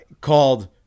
called